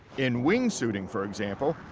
in wingsuiting, for example,